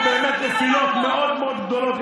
והיו פה באמת נפילות מאוד מאוד גדולות,